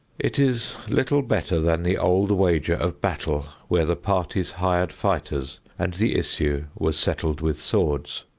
it is little better than the old wager of battle where the parties hired fighters and the issue was settled with swords.